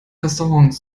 restaurants